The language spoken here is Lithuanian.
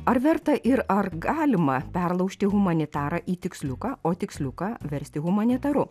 ar verta ir ar galima perlaužti humanitarą į tiksliuką o tiksliuką versti humanitaru